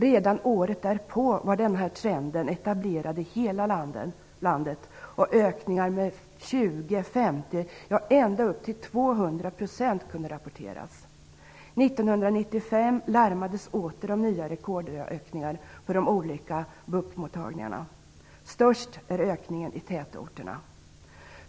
Redan året därpå var den trenden etablerad i hela landet, och ökningar med 20, 50 ja, ända upp till 200 % kunde rapporteras. 1995 larmades det åter om nya rekordstora ökningar för de olika BUP-mottagningarna. Störst är ökningen i tätorterna.